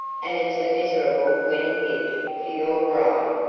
and it's a miserable wedding gift for your bride.